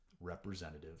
representative